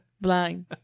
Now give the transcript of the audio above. blind